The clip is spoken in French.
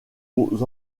aux